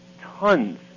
tons